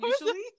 usually